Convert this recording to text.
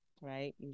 right